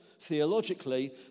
theologically